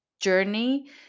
journey